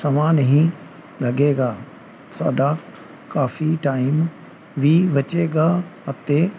ਸਮਾਂ ਨਹੀ ਲੱਗੇਗਾ ਸਾਡਾ ਕਾਫੀ ਟਾਈਮ ਵੀ ਬਚੇਗਾ ਅਤੇ